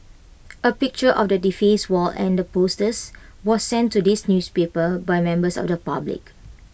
A picture of the defaced wall and the posters was sent to this newspaper by members of the public